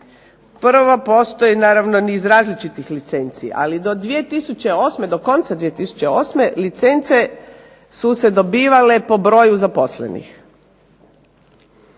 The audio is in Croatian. Prvo, postoji naravno niz različitih licencija, ali do 2008., do konca 2008. licence su se dobivale po broju zaposlenih.